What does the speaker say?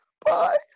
bye